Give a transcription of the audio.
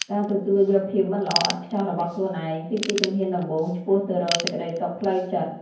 ការទទួលយកភាពមិនល្អឥតខ្ចោះរបស់ខ្លួនឯង គឺជាជំហានដំបូងឆ្ពោះទៅរកសេចក្ដីសុខផ្លូវចិត្ត។